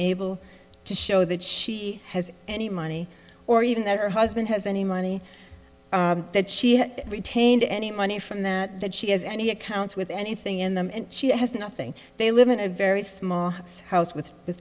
able to show that she has any money or even that her husband has any money that she has retained any money from that that she has any accounts with anything in them and she has nothing they live in a very small house with